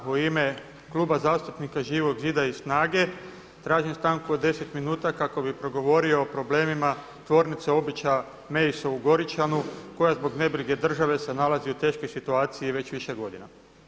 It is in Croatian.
U ime Kluba zastupnika Živog zida i SNAGA-e tražim stanku od 10 minuta kako bih progovorio o problemima tvornice obuća Meiso u Goričanu koja zbog nebrige države se nalazi u teškoj situaciji već više godina.